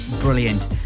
brilliant